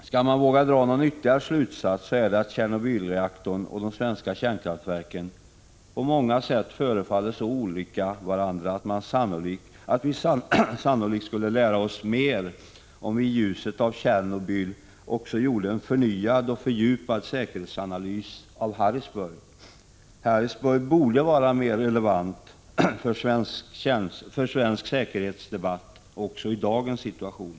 Om man skall våga dra någon ytterligare slutsats är det att Tjernobylreaktorn och de svenska kärnkraftverken på många sätt förefaller att vara så olika att vi sannolikt skulle lära oss mer om vi i ljuset av Tjernobylolyckan gjorde en förnyad och fördjupad säkerhetsanalys av Harrisburgolyckan. Harrisburgolyckan borde vara mer relevant för svensk säkerhetsdebatt också i dagens situation.